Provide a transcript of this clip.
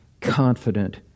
confident